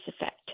effect